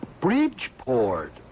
Bridgeport